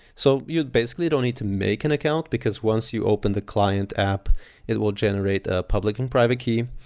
so you'd basically don't need to make an account because once you open the client app it will generate the public and private key,